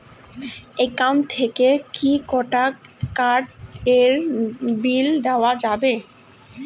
Account থাকি কি credit card এর বিল দেওয়া যাবে?